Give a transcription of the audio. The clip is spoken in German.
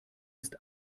ist